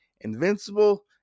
Invincible